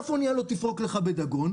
אף אונייה לא תפרוק לך בדגון.